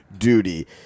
duty